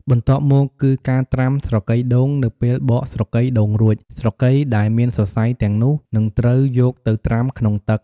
បន្ទាប់់មកគឺ ការត្រាំស្រកីដូងនៅពេលបកស្រកីដូងរួច ស្រកីដែលមានសរសៃទាំងនោះនឹងត្រូវយកទៅ ត្រាំក្នុងទឹក។